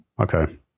okay